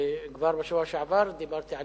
שכבר בשבוע שעבר דיברתי עליה,